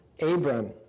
Abram